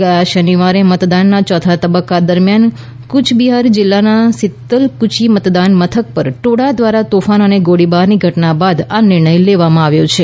ગયા શનિવારે મતદાનના યોથા તબક્કા દરમિયાન કૂચ બિહાર જિલ્લાના સીતલકુચી મતદાન મથક પર ટોળા દ્વારા તોફાન અને ગોળીબારની ઘટના બાદ આ નિર્ણય લેવામાં આવ્યો છે